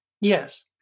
Yes